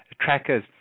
trackers